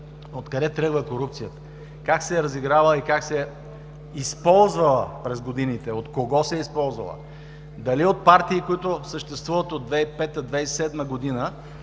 откъде тръгва корупцията, как се е разиграла и как се е използвала през годините, от кого се е използвала – дали от партии, които съществуват от 2005, от 2007 г.,